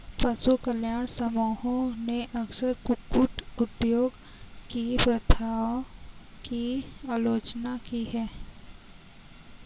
पशु कल्याण समूहों ने अक्सर कुक्कुट उद्योग की प्रथाओं की आलोचना की है